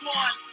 one